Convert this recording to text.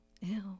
Ew